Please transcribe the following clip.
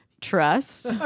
trust